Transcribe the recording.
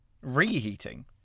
reheating